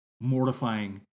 Mortifying